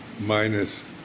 minus